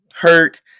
hurt